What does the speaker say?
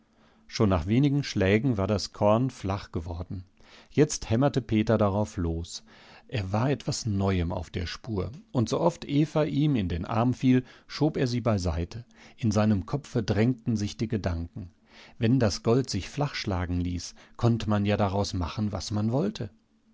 schon nach wenigen schlägen war das korn flach geworden jetzt hämmerte peter darauf los er war etwas neuem auf der spur und sooft eva ihm in den arm fiel schob er sie beiseite in seinem kopfe drängten sich die gedanken wenn das gold sich flachschlagen ließ konnte man ja daraus machen was man wollte